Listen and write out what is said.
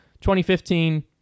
2015